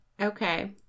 okay